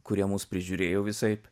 kurie mus prižiūrėjo visaip